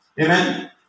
Amen